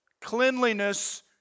Cleanliness